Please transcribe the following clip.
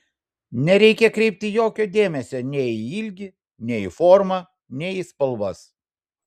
nereikia kreipti jokio dėmesio nei į ilgį nei į formą nei į spalvas